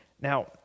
Now